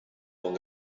con